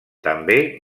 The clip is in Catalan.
també